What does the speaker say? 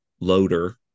loader